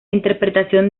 interpretación